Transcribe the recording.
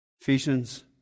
Ephesians